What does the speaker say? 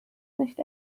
nicht